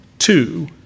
Two